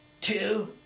Two